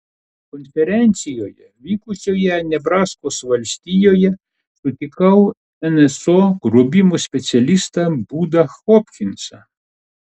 konferencijoje vykusioje nebraskos valstijoje sutikau nso grobimų specialistą budą hopkinsą